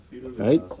Right